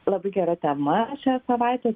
labai gera tema šią savaitę